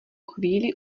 chvíli